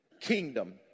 kingdom